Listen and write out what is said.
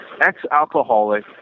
ex-alcoholic